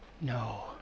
No